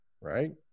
right